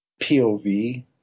POV